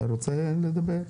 אתה רוצה לדבר?